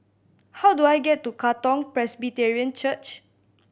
how do I get to Katong Presbyterian Church